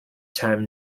time